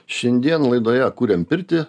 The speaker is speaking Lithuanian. šiandien laidoje kuriam pirtį